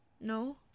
No